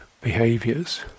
behaviors